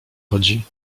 chodzi